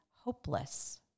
hopeless